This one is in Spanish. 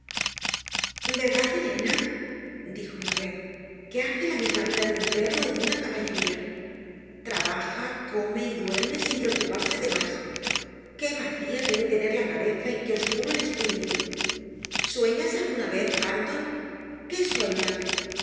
verdad elena dijo una vez que hace la misma vida de un perro o de una caballería trabaja come y duerme sin preocuparse de más qué vacía debe tener la cabeza y qué oscuro el espíritu sueñas alguna vez hareton qué sueñas